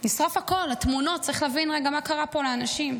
נשרף הכול, התמונות, צריך להבין מה קרה פה לאנשים,